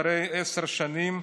אחרי עשר שנים,